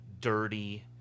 dirty